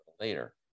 later